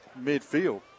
midfield